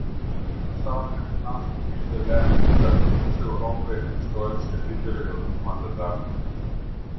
pasaulinė finansų krizė lemia tik apie pusę europoje egzistuojančio didelio jaunimo nedarbo lygio